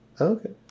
Okay